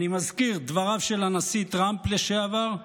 אני מזכיר, דבריו של הנשיא טראמפ לשעבר,